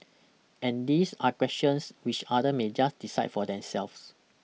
and these are questions which other may just decide for themselves